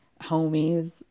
homies